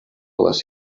les